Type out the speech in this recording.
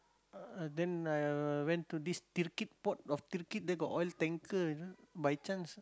uh then I went to this port of there got oil tanker by chance